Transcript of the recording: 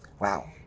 Wow